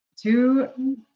Two